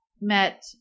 met